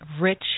rich